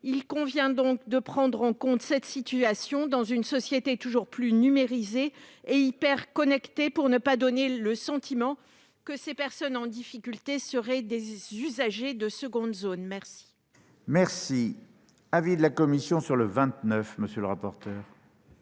Il convient donc de prendre en compte cette situation dans une société toujours plus numérisée et hyperconnectée, pour ne pas donner le sentiment que ces personnes en difficulté seraient des usagers de seconde zone. Quel est l'avis de la commission sur l'amendement